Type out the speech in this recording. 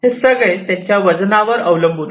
हे सगळे त्यांच्या वजनावर अवलंबून आहे